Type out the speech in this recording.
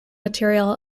material